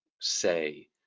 say